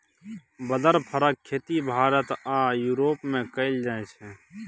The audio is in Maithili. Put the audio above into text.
बदर फरक खेती भारत आ युरोप मे कएल जाइ छै